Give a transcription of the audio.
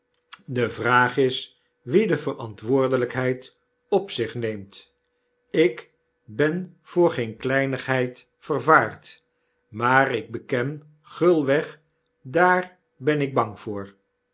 de vraag is wie de verantwoordelykheid op zich neemt ik ben voor geen kleinigheid herhaling van salomo's eeeste recht vervaard maar ik beken gulweg diir ben ik bang voor